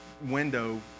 window